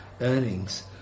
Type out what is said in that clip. earnings